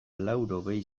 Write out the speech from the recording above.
laurogei